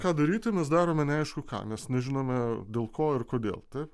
ką daryti mes darome neaišku ką nes nežinome dėl ko ir kodėl taip